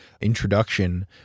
introduction